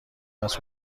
است